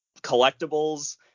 collectibles